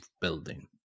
building